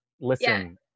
listen